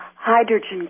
hydrogen